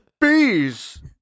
bees